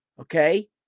Okay